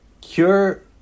cure